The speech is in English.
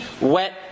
wet